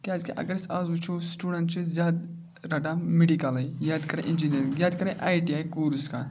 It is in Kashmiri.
کیٛازِکہِ اگر أسۍ آز وٕچھو سٹوٗڈَنٛٹ چھِ زیادٕ رَٹان میڈِکَلٕے یا تہِ کَران اِنجیٖنٔرِنٛگ یا تہِ کَران آی ٹی آی کورٕس کانٛہہ